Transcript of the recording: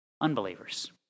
unbelievers